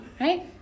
Right